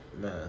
Man